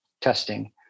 testing